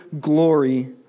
glory